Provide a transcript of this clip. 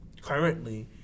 currently